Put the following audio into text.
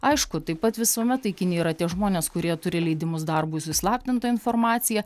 aišku taip pat visuomet taikiniai yra tie žmonės kurie turi leidimus darbui su įslaptinta informacija